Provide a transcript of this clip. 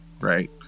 right